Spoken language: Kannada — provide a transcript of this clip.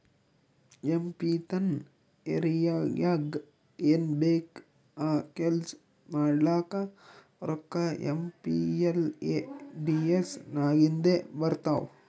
ಎಂ ಪಿ ತನ್ ಏರಿಯಾಗ್ ಏನ್ ಬೇಕ್ ಆ ಕೆಲ್ಸಾ ಮಾಡ್ಲಾಕ ರೋಕ್ಕಾ ಏಮ್.ಪಿ.ಎಲ್.ಎ.ಡಿ.ಎಸ್ ನಾಗಿಂದೆ ಬರ್ತಾವ್